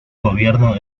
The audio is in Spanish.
gobierno